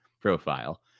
profile